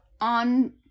on